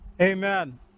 Amen